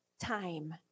time